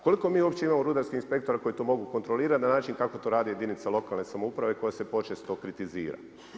Koliko mi uopće imamo rudarskih inspektora koji to mogu kontrolirati na način kako to rade jedinica lokalne samouprave koja se počesto kritizira.